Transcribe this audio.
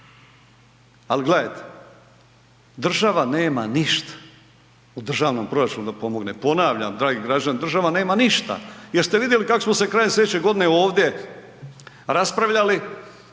Ali gledajte, država nema ništa u državnom proračunu da pomogne. Ponavljam dragi građani, država nema ništa. Jeste vidjeli kako smo se krajem godine ovdje raspravljali